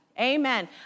Amen